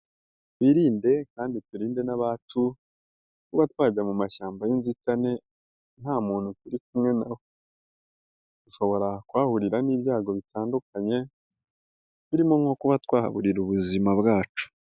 Twirinde kandi turinde n'abacu kuba twajya mu mashyamba y'inzitane nta muntu turi kumwe nawe, dushobora kuhahurira n'ibyago bitandukanye, birimo nko kuba twahaburira ubuzima bwacu.